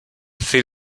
see